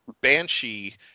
banshee